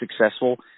successful